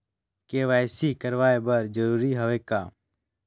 KYC कराय बर जरूरी हवे का?